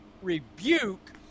rebuke